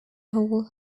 hall